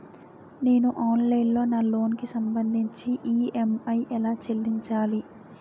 నేను ఆన్లైన్ లో నా లోన్ కి సంభందించి ఈ.ఎం.ఐ ఎలా చెల్లించాలి?